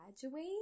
graduate